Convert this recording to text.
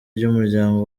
ry’umuryango